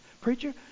preacher